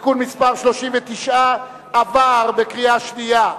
(תיקון מס' 41) עברה בקריאה שנייה.